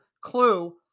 clue